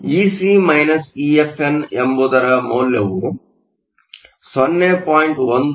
ಆದ್ದರಿಂದ Ec EFn ಎಂಬುದರ ಮೌಲ್ಯವು 0